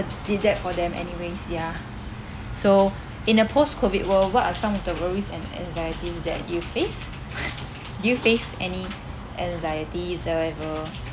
did that for them anyways yeah so in a post COVID world what are some of the worries and anxieties that you face do you face any anxieties however